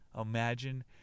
Imagine